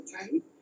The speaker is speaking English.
time